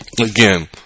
again